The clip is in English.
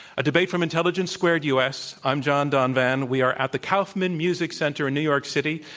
a debate from intelligence squared u. s. i'm john donvan. we are at the kaufman music center in new york city.